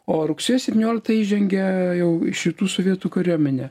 o rugsėjo septynioliktą įžengia jau iš rytų sovietų kariuomenė